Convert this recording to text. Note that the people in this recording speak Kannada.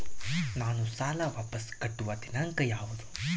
ನಾನು ಸಾಲ ವಾಪಸ್ ಕಟ್ಟುವ ದಿನಾಂಕ ಯಾವುದು?